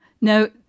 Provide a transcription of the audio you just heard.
Now